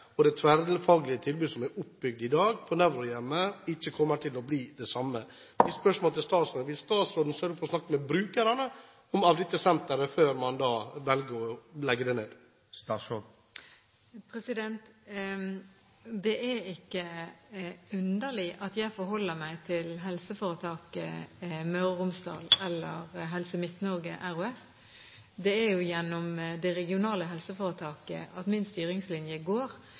og det tverrfaglige tilbudet som er bygd opp i dag på Nevrohjemmet, ikke kommer til å bli det samme. Mitt spørsmål til statsråden er: Vil statsråden sørge for å snakke med brukerne av dette senteret før man velger å legge det ned? Det er ikke underlig at jeg forholder meg til helseforetaket Møre og Romsdal eller Helse Midt-Norge RHF. Det er jo gjennom det regionale helseforetaket at min styringslinje går,